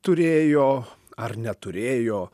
turėjo ar neturėjo